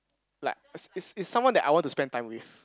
like is is is someone that I want to spend time with